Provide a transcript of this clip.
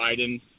Biden